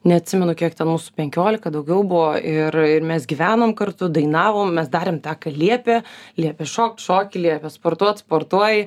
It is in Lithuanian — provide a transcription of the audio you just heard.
neatsimenu kiek ten mūsų penkiolika daugiau buvo ir ir mes gyvenom kartu dainavom mes darėm tą ką liepė liepia šokt šoki liepia sportuot sportuoji